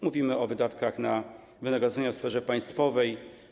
Mówimy o wydatkach na wynagrodzenia w sferze państwowej.